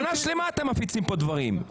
שנה שלמה אתם מפיצים כאן דברים.